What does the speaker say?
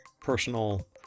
personal